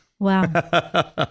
Wow